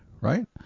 right